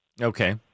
Okay